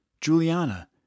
Juliana